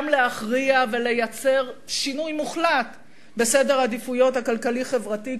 גם להכריע ולייצר שינוי מוחלט בסדר העדיפויות הכלכלי-חברתי,